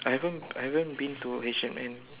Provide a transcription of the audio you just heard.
I haven't I haven't been to H and M